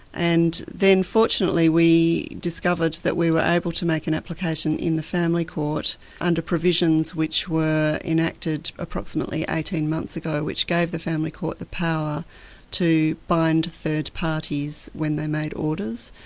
and then fortunately we discovered that we were able to make an application in the family court under provisions which were enacted approximately eighteen months ago which gave the family court the power to bind third parties when they made orders.